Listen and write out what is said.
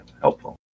helpful